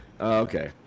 Okay